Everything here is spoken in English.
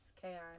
chaos